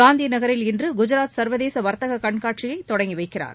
காந்தி நகரில் இன்று குஐராத் சர்வதேச வர்த்தக கண்காட்சியை தொடங்கி வைக்கிறார்